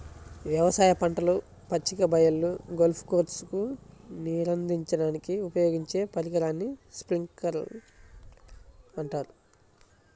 వ్యవసాయ పంటలు, పచ్చిక బయళ్ళు, గోల్ఫ్ కోర్స్లకు నీరందించడానికి ఉపయోగించే పరికరాన్ని స్ప్రింక్లర్ అంటారు